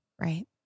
right